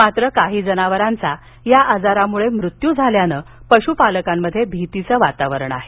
मात्र काही जनावरांचा या आजारामुळे मृत्यू झाल्यानं पश्पालकांमध्ये भीतीचं वातावरण आहे